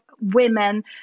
women